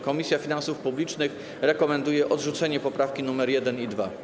Komisja Finansów Publicznych rekomenduje odrzucenie poprawek 1. i 2.